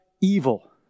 evil